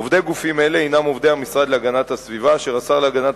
עובדי גופים אלה הם עובדי המשרד להגנת הסביבה אשר השר להגנת